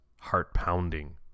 heart-pounding